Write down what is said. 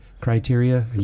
criteria